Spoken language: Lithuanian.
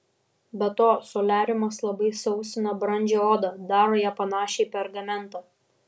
be to soliariumas labai sausina brandžią odą daro ją panašią į pergamentą